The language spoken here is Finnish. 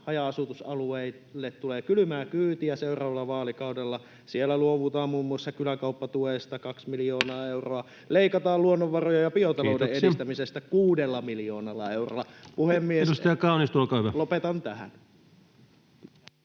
haja-asutusalueille tulee kylmää kyytiä seuraavalla vaalikaudella. Siellä luovutaan muun muassa kyläkauppatuesta, kaksi miljoonaa euroa, leikataan luonnonvarojen ja biotalouden [Puhemies: Kiitoksia!] edistämisestä kuudella miljoonalla eurolla. Puhemies, lopetan tähän.